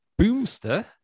Boomster